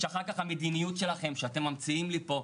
שאחר כך המדיניות שלכם שאתם ממציאים לי פה?